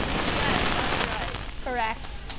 yes, that's right. correct.